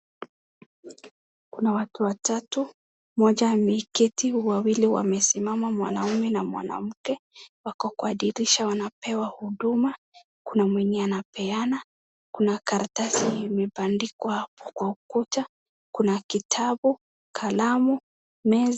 Kuna watu watatu, mmoja ameketi, wawili wamesimama, mwanaume na mwanamke wako kwa dirisha wanapewa huduma kuna mwenye anapeana, kuna karatasi imebandikwa hapo kwa ukuta kuna kitabu, kalamu, meza.